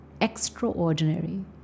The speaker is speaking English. extraordinary